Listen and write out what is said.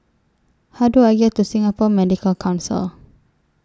How Do I get to Singapore Medical Council